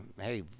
hey